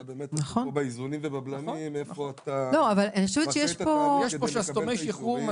השאלה באיזונים ובבלמים איפה אתה --- יש פה מספיק שסתומי שחרור.